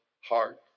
heart